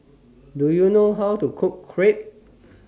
Do YOU know How to Cook Crepe